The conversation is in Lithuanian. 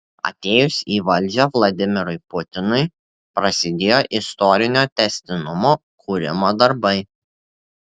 atėjus į valdžią vladimirui putinui prasidėjo istorinio tęstinumo kūrimo darbai